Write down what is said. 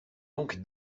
donc